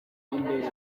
imbere